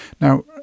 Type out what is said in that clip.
Now